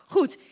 Goed